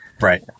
Right